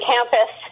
Campus